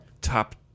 top